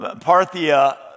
parthia